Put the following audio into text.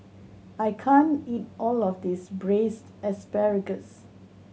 I can't eat all of this Braised Asparagus